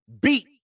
beat